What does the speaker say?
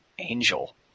angel